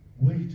Wait